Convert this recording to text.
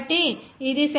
కాబట్టి ఇది సెకనుకు 0